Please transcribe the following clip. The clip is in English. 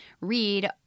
read